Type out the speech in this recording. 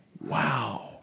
Wow